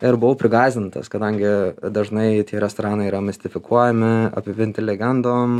ir buvau prigąsdintas kadangi dažnai tie restoranai yra mistifikuojami apipinti legendom